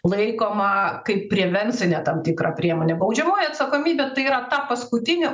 laikoma kaip prevencinė tam tikra priemonė baudžiamoji atsakomybė tai yra ta paskutinė